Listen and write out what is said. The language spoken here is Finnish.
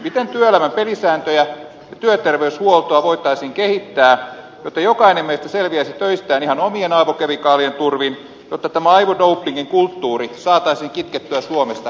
miten työelämän pelisääntöjä ja työterveyshuoltoa voitaisiin kehittää jotta jokainen meistä selviäisi töistään ihan omien aivokemikaaliensa turvin ja jotta tämä aivodopingin kulttuuri saataisiin kitkettyä suomesta heti alkuunsa